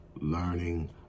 learning